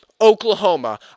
Oklahoma